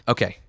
Okay